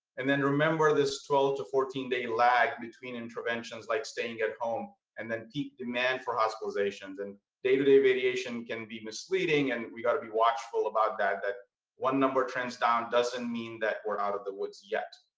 and then remember this twelve to fourteen day lag between interventions like staying at home and then peak demand for hospitalizations and day to day variation can be misleading. and we got to be watchful about that. that one number trends down doesn't mean that we're out of the woods yet,